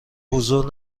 حضور